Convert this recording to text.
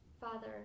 father